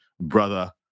brother